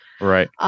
right